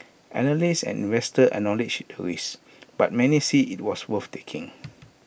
analysts and investors acknowledge the risk but many see IT as worth taking